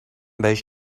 بهش